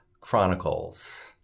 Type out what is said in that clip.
Chronicles